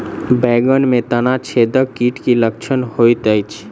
बैंगन मे तना छेदक कीटक की लक्षण होइत अछि?